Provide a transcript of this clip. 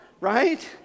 right